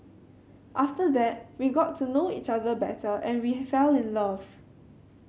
after that we got to know each other better and we have fell in love